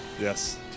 Yes